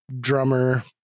drummer